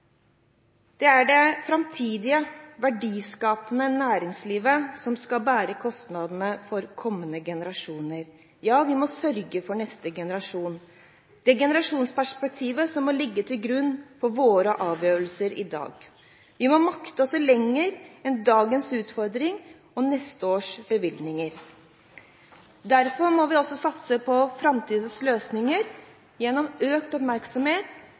Det er det framtidige verdiskapende næringslivet som skal bære kostnadene for kommende generasjoner. Ja, vi må sørge for neste generasjon – det er generasjonsperspektivet som må ligge til grunn for våre avgjørelser i dag. Vi må makte å se lenger enn til dagens utfordringer og neste års bevilgninger. Derfor må vi satse på framtidens løsninger, gjennom økt oppmerksomhet,